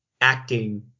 acting